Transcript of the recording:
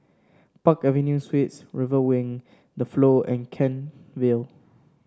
Park Avenue Suites River Wing The Flow and Kent Vale